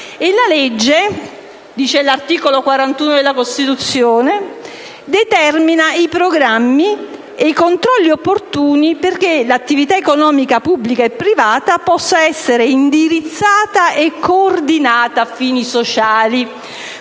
La legge» - dice l'articolo 41 della Costituzione - «determina i programmi e i controlli opportuni perché l'attività economica pubblica e privata possa essere indirizzata e coordinata a fini sociali».